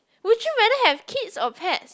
would you rather have kids or pets